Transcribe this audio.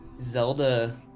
Zelda